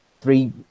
three